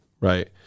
right